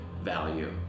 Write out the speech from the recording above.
value